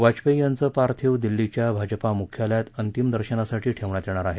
वाजपेयी यांचं पार्थिव दिल्लीच्या भाजपा मुख्यालयात अंतिम दर्शनासाठी ठेवण्यात येणार आहे